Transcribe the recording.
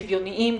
שוויוניים,